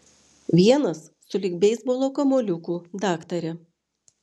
vienas sulig beisbolo kamuoliuku daktare